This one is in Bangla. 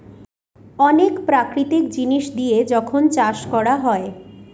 অনেক প্রাকৃতিক জিনিস দিয়ে যখন চাষ করা হয়